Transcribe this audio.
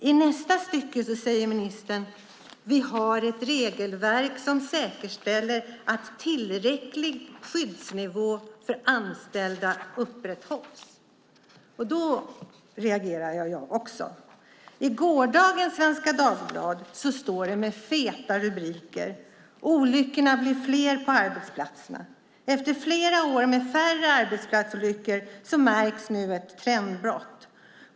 I nästa stycke säger ministern: "Vi har ett regelverk som säkerställer att tillräcklig skyddsnivå för anställda upprätthålls." Där reagerar jag också. I gårdagens Svenska Dagbladet står det med feta rubriker: Olyckorna blir fler på arbetsplatserna. Efter flera år med färre arbetsplatsolyckor märks nu ett trendbrott.